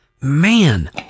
Man